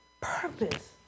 Purpose